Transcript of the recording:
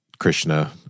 Krishna